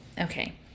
okay